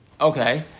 Okay